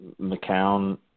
McCown